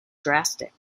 drastic